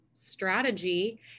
strategy